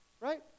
Right